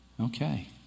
Okay